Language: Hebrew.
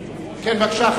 נקלטה.